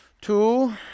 Two